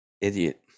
Idiot